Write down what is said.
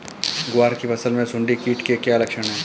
ग्वार की फसल में सुंडी कीट के क्या लक्षण है?